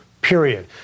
period